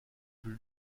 plus